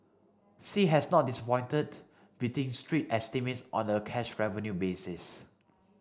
sea has not disappointed beating street estimates on a cash revenue basis